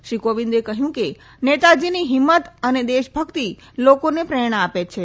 શ્રી કોવિંદે કહ્યું કે નેતાજીની હિંમત અને દેશભક્તિ લોકોને પ્રેરણા આપે છે